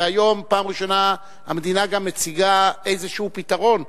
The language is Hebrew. היום פעם ראשונה המדינה גם מציגה איזה פתרון.